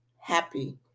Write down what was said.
happy